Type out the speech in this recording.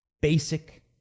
basic